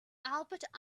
albert